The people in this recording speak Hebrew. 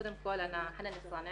קודם כל אני חנאן אלסאנע,